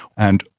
and,